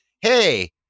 Hey